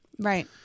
Right